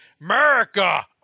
America